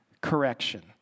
correction